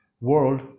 world